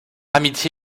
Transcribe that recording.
amitié